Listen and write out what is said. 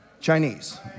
Chinese